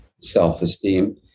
self-esteem